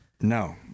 No